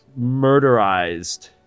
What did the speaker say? murderized